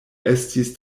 estis